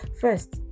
First